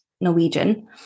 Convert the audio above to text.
Norwegian